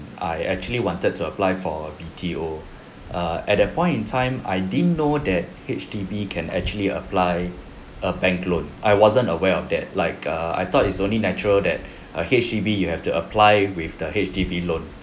I actually wanted to apply for B_T_O err at that point in time I didn't know that H_D_B can actually apply a bank loan I wasn't aware of that like err I thought it's only natural that uh H_D_B you have to apply with the H_D_B loan